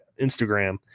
instagram